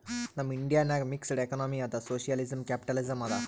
ನಮ್ ಇಂಡಿಯಾ ನಾಗ್ mixed economy ಅದಾ ಸೋಶಿಯಲಿಸಂ, ಕ್ಯಾಪಿಟಲಿಸಂ ಅದಾ